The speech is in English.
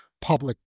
public